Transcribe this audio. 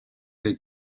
the